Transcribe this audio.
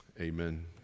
Amen